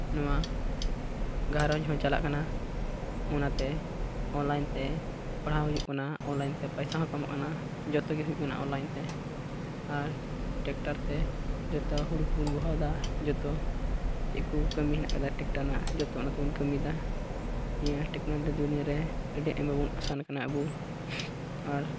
ᱱᱚᱣᱟ ᱜᱷᱟᱨᱚᱸᱡᱽ ᱦᱚᱸ ᱪᱟᱞᱟᱜ ᱠᱟᱱᱟ ᱚᱱᱟᱛᱮ ᱚᱱᱞᱟᱭᱤᱱ ᱛᱮ ᱯᱟᱲᱦᱟᱣ ᱦᱚᱸ ᱦᱩᱭᱩᱜ ᱠᱟᱱᱟ ᱚᱱᱞᱟᱭᱤᱱ ᱛᱮ ᱯᱚᱭᱥᱟ ᱦᱚᱸ ᱠᱟᱢᱟᱜ ᱠᱟᱱᱟ ᱡᱚᱛᱚᱜᱮ ᱦᱩᱭᱩᱜ ᱠᱟᱱᱟ ᱚᱱᱞᱟᱭᱤᱱ ᱛᱮ ᱟᱨ ᱴᱮᱠᱴᱟᱨ ᱛᱮ ᱡᱚᱛᱚ ᱦᱩᱲᱩ ᱠᱚᱢ ᱨᱚᱦᱚᱭᱫᱟ ᱡᱚᱛᱚ ᱪᱮᱫ ᱠᱚ ᱠᱟᱹᱢᱤ ᱦᱮᱱᱟᱜ ᱠᱟᱫᱟ ᱴᱮᱠᱴᱟᱨ ᱨᱮᱱᱟᱜ ᱡᱚᱛᱚ ᱚᱱᱟ ᱛᱮᱵᱚᱱ ᱠᱟᱹᱢᱤᱭᱫᱟ ᱱᱤᱭᱟᱹ ᱴᱮᱹᱠᱱᱳᱞᱚᱡᱤ ᱫᱩᱱᱤᱭᱟᱹ ᱨᱮ ᱟᱹᱰᱤ ᱟᱭᱢᱟ ᱵᱚᱱ ᱟᱥᱟᱱ ᱠᱟᱱᱟ ᱟᱵᱚ ᱟᱨ